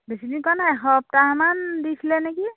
বেছি দিন কৰা নাই এসপ্তাহমান দিছিলে নেকি